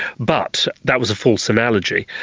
but that was a false analogy.